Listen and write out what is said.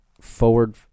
forward